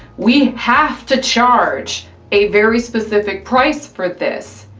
we have to charge a very specific price for this.